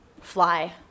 fly